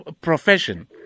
profession